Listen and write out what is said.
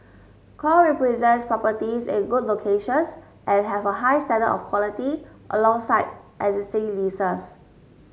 core represents properties in good locations and have a high standard of quality alongside existing leases